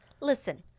Listen